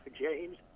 James